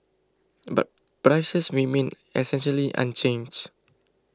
but prices remained essentially unchanged